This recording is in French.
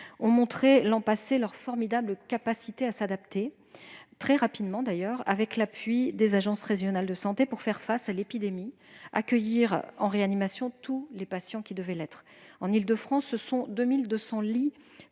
ont montré leur formidable capacité à s'adapter très rapidement, avec l'appui des agences régionales de santé, pour faire face à l'épidémie et accueillir en réanimation tous les patients qui devaient l'être. En Île-de-France, se déploient